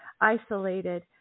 isolated